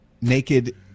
naked